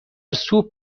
سوپ